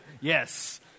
Yes